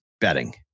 betting